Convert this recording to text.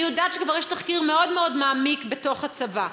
אני יודעת שכבר יש תחקיר מאוד מאוד מעמיק בתוך הצבא.